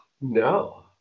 No